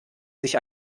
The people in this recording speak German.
sich